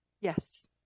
Yes